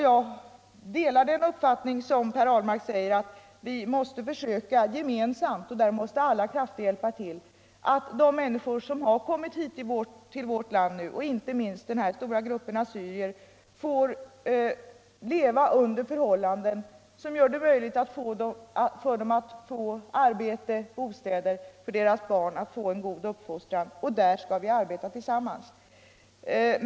Jag delar Per Ahlmarks uppfattning att vi skall — och här måste alla krafter medverka — hjälpa de människor som kommit till vårt land, inte minst den här stora gruppen assyrier, att få arbete, bostäder och möjligheter att ge sina barn en god uppfostran. På detta område skall vi arbeta tillsammans.